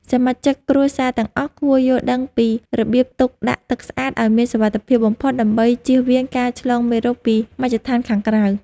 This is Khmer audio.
សមាជិកគ្រួសារទាំងអស់គួរយល់ដឹងពីរបៀបទុកដាក់ទឹកស្អាតឱ្យមានសុវត្ថិភាពបំផុតដើម្បីចៀសវាងការឆ្លងមេរោគពីមជ្ឈដ្ឋានខាងក្រៅ។